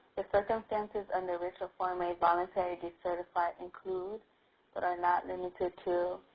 the circumstances under which a firm may voluntary decertify include but are not limited to,